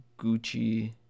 Gucci